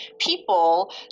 people